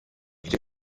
igice